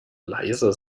leise